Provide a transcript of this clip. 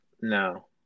no